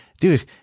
dude